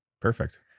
Perfect